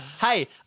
Hey